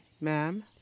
ma'am